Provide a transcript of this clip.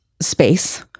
space